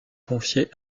confiée